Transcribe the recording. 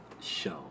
show